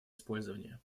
использование